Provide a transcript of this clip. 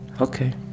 Okay